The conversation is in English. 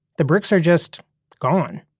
the bricks are just gone.